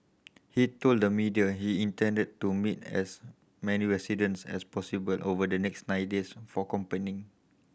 he told the media he intended to meet as many residents as possible over the next nine days for campaigning